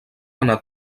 anar